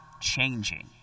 changing